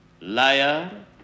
Liar